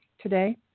today